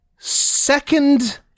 Second